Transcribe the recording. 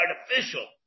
artificial